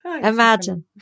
Imagine